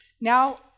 Now